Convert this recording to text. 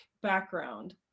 background